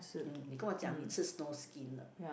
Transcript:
mm 你跟我讲你吃 snowskin